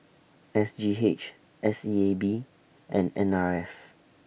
S G H S E A B and N R F